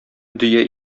дөя